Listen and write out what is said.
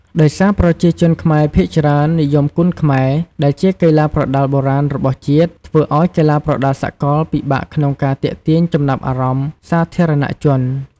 ដោយសារប្រជាជនខ្មែរភាគច្រើននិយមគុនខ្មែរដែលជាកីឡាប្រដាល់បុរាណរបស់ជាតិ ធ្វើឲ្យកីឡាប្រដាល់សកលពិបាកក្នុងការទាក់ទាញចំណាប់អារម្មណ៍សាធារណជន។